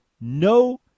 no